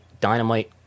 Dynamite